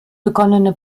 begonnene